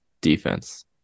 defense